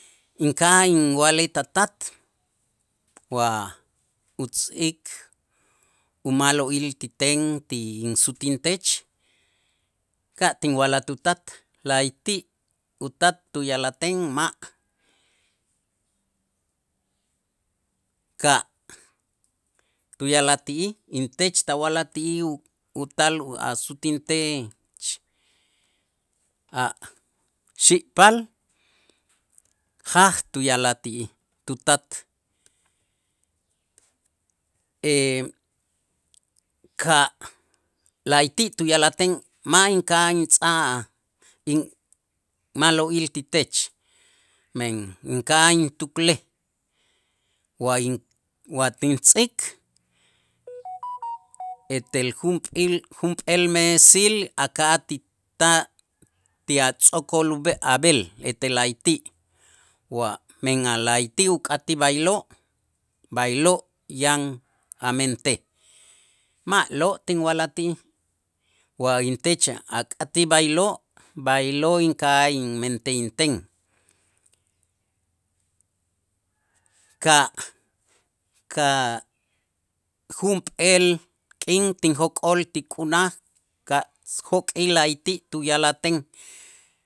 Inkaj inwa'lik a tat wa utz'ik uma'lo'il ti ten ti insutintech ka' tinwa'laj tutat la'ayti' utat tuya'lajten ma' ka' tuya'laj ti'ij intech tawa'laj ti'ij u- utal asutintej ch a' xi'paal jaj tuya'laj ti'ij, tutat ka' la'ayti' tuya'lajten ma' inka'aj intz'aj in ma'lo'il ti tech men inka'aj intuklej wa in wa tin tz'ik etel junp'il junp'eel mesil aka'aj ti ta' ti a' tz'o'kol ub'e- ab'el ete la'ayti' wa men a' la'ayti' uk'atij b'aylo', b'aylo' yan amentej, ma'lo' tinwa'laj ti'ij wa intech ak'atij b'aylo' b'aylo' inka'aj inmentej inten ka' ka' junp'eel k'in tinjok'ol ti k'unaj ka' jok'il la'ayti' tuya'lajten.